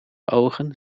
ogen